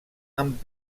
amb